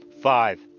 Five